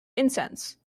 incense